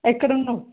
ఎక్కడున్నావు